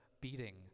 beating